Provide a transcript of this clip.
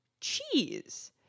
cheese